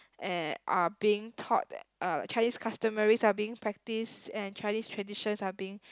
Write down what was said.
and are being taught that uh Chinese customaries are being practice and Chinese traditions are being